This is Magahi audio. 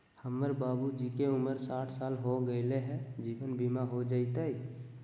हमर बाबूजी के उमर साठ साल हो गैलई ह, जीवन बीमा हो जैतई?